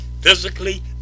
physically